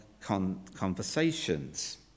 conversations